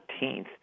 14th